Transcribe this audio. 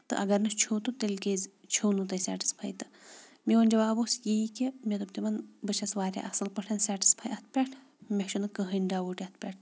تہٕ اگر نہٕ چھُو تہٕ تیٚلہِ کیٛازِ چھو نہٕ تۄہہِ سٮ۪ٹٕسفَے تہٕ میون جواب اوس یی کہِ مےٚ دوٚپ تِمَن بہٕ چھَس واریاہ اَصٕل پٲٹھۍ سٮ۪ٹٕسفَے اَتھ پٮ۪ٹھ مےٚ چھُنہٕ کٕہٕنۍ ڈاوُٹ یَتھ پٮ۪ٹھ